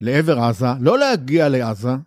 לעבר עזה, לא להגיע לעזה